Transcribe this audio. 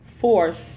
force